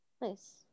Nice